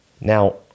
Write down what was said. Now